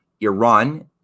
iran